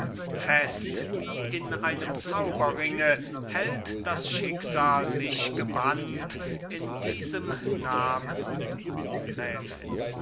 fest wie in einem zauberringe hält das schicksal mich gebannt in diesem namen gräfin